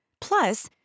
Plus